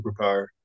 superpower